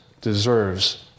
deserves